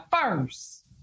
first